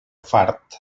fart